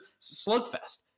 slugfest